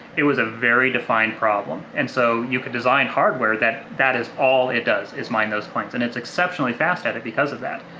it was a very defined problem and so you could design hardware that that is all it does is mine those coins and it's exceptionally fast at it because of that.